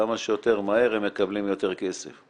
כמה שיותר מהר הם מקבלים יותר כסף,